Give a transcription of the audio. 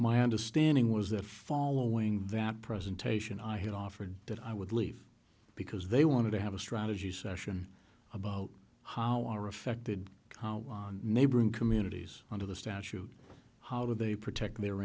my understanding was that following that presentation i had offered that i would leave because they wanted to have a strategy session about how are affected how neighboring communities under the statute how they protect their